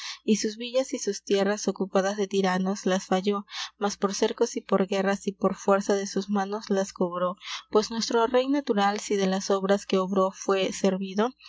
y sus villas y sus tierras ocupadas de tiranos las fallo mas por cercos y por guerras y por fuera de sus manos las cobro pues nuestro rey natural si de las obras que obro fue seruido digalo el de